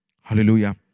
Hallelujah